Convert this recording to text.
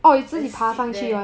then sit there